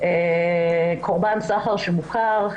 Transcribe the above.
קרבן סחר שמוכר,